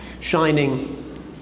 shining